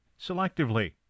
selectively